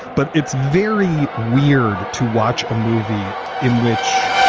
but it's very weird to watch a movie in which,